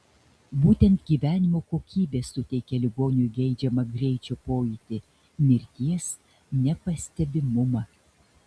būtent gyvenimo kokybė suteikia ligoniui geidžiamą greičio pojūtį mirties nepastebimumą